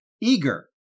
eager